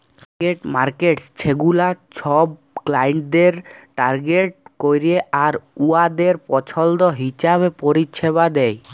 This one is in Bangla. টার্গেট মার্কেটস ছেগুলা ছব ক্লায়েন্টদের টার্গেট ক্যরে আর উয়াদের পছল্দ হিঁছাবে পরিছেবা দেয়